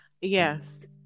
Yes